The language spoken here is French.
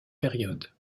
période